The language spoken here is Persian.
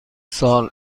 سال